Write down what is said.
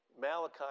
Malachi